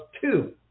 two